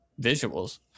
visuals